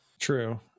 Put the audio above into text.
true